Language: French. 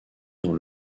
dans